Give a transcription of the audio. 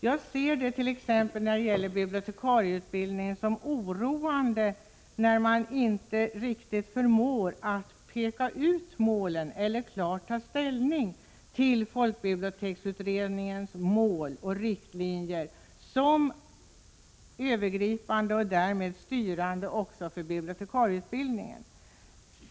När det gäller t.ex. bibliotekarieutbildningen anser jag det vara oroande att man inte riktigt förmår att peka ut målen eller att klart ta ställning till folkbiblioteksutredningens mål och riktlinjer som någonting övergripande och därmed också styrande för bibliotekarieutbildningen.